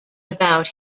about